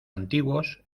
antiguos